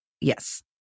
Yes